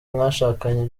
mwashakanye